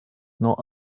not